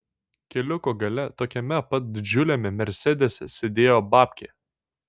keliuko gale tokiame pat didžiuliame mersedese sėdėjo babkė